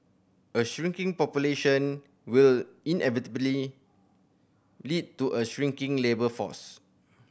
a shrinking population will inevitably lead to a shrinking labour force